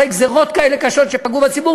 אחרי גזירות כאלה קשות שפגעו בציבור,